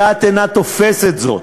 הדעת אינה תופסת זאת.